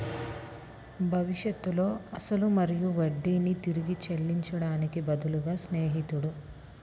భవిష్యత్తులో అసలు మరియు వడ్డీని తిరిగి చెల్లించడానికి బదులుగా స్నేహితుడు